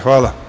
Hvala.